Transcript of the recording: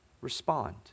Respond